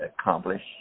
accomplish